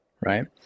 right